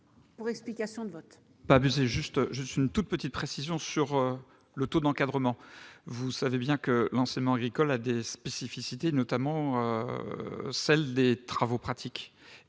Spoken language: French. Pour explication de vote.